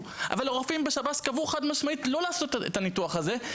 יקבעו" אבל הרופאים בשב"ס קבעו חד משמעית: לא לעשות את הניתוח הזה,